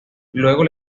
luego